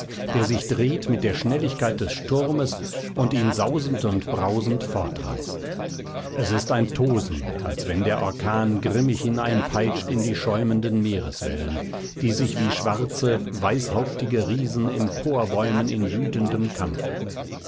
der sich dreht mit der schnelligkeit des sturmes und ihn sausend und brausend fortreißt es ist ein tosen als wenn der orkan grimmig hineinpeitscht in die schäumenden meereswellen die sich wie schwarze weißhauptige riesen emporbäumen in wütendem kampfe